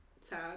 sad